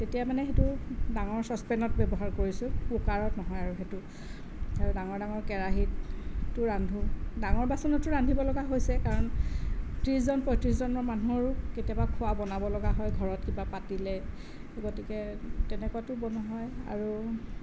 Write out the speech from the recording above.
এতিয়া মানে সেইটো ডাঙৰ চচপেনত ব্যৱহাৰ কৰিছোঁ কুকাৰত নহয় আৰু সেইটো আৰু ডাঙৰ ডাঙৰ কেৰাহীতো ৰান্ধোঁ ডাঙৰ বাচনটো ৰান্ধিবলগীয়া হৈছে কাৰণ ত্ৰিছজন পঁইত্ৰিছজনৰ মানুহ কেতিয়াবা খোৱা বনাবলগীয়া হয় ঘৰত কিবা পাতিলে গতিকে তেনেকুৱাতো বনোৱা হয় আৰু